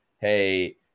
hey